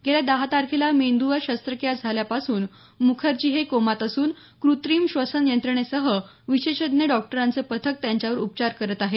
गेल्या दहा तारखेला मेंदवर शस्त्रक्रिया झाल्यापासून मुखर्जी हे कोमात असून कृत्रीम श्वसन यंत्रणेसह विशेषज्ज्ञ डॉक्टरांचं पथक त्यांच्यावर उपचार करत आहे